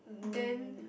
then